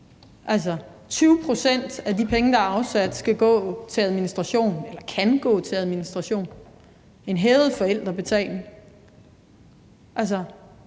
det. 20 pct. af de penge, der er afsat, skal gå til administration, eller kan gå til administration; en hævet forældrebetaling. Altså,